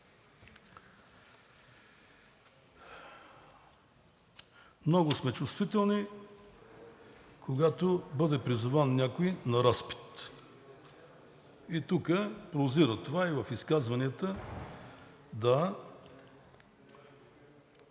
Много сме чувствителни, когато някой бъде призован на разпит. И тук прозира това, и в изказванията.